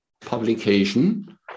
publication